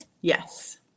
Yes